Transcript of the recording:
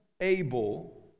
able